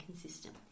consistent